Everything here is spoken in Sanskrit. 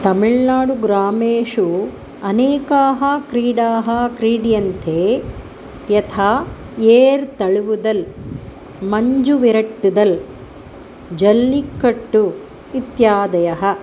तमिल्नाडुग्रामेषु अनेकाः क्रीडाः क्रीड्यन्ते यथा येर् तळुवुदल् मञ्जुविरट्टुदल् जोल्लिक्कट्टु इत्यादयः